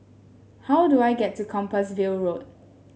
how do I get to Compassvale Road